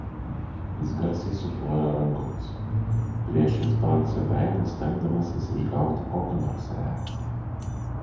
jis garsiai suplojo rankomis priešais francio veidą stengdamasis išgauti kokią nors reakciją